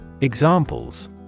Examples